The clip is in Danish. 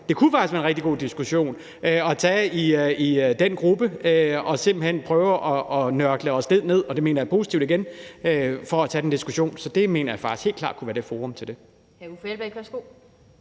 Det kunne faktisk være en rigtig god diskussion at tage i den gruppe og simpelt hen prøve at nørkle os lidt ned – og det mener jeg igen positivt – i at tage den diskussion. Så det mener jeg faktisk helt klart kunne være et forum til det.